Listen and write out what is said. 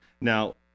Now